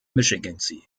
michigansee